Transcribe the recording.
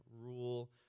rule